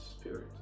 spirit